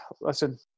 listen